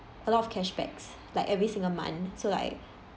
a lot of cashbacks like every single month so like